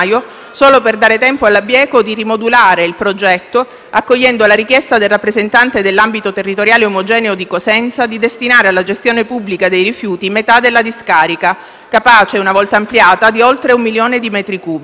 solo per dare tempo alla Bieco di rimodulare il progetto accogliendo la richiesta del rappresentante dell'Ambito territoriale omogeneo (ATO) di Cosenza di destinare alla gestione pubblica dei rifiuti metà della discarica, con capacità, una volta ampliata, di oltre un milione di metri cubi.